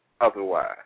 otherwise